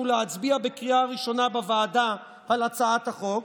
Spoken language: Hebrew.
להצביע בקריאה ראשונה בוועדה על הצעת החוק,